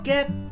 get